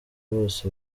bose